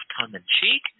tongue-in-cheek